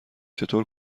چطور